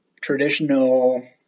traditional